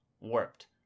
warped